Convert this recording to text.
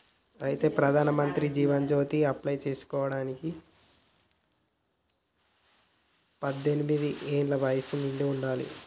అయితే ప్రధానమంత్రి జీవన్ జ్యోతి అప్లై చేసుకోవడానికి పద్దెనిమిది ఏళ్ల వయసు నిండి ఉండాలి